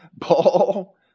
paul